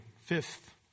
fifth